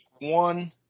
one